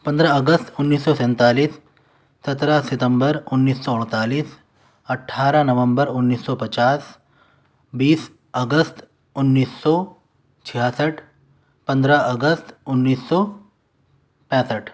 پندرہ اگست انیس سو سینتالیس سترہ ستمبر انیس سو اڑتالیس اٹھارہ نومبر انیس سو پچاس بیس اگست انیس سو چھیاسٹھ پندرہ اگست انیس سو پینسٹھ